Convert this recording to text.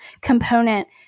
component